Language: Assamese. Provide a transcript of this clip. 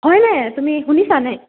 হয়নে তুমি শুনিছানে